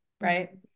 Right